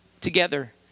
together